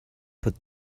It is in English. put